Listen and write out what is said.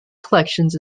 collections